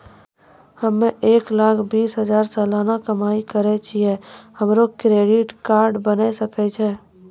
हम्मय एक लाख बीस हजार सलाना कमाई करे छियै, हमरो क्रेडिट कार्ड बने सकय छै?